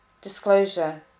disclosure